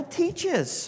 teaches